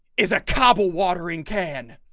is a kabul watering can